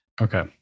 Okay